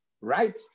right